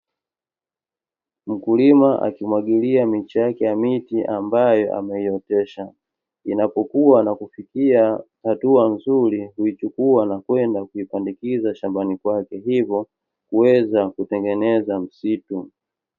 Mkulima akimwagilia miche yake ya miti ambayo ameiotesha, inapokuwa na kufikia hatua nzuri huichukua na kwenda kuipandikiza shambani kwake hivyo kuweza kutengeneza msitu.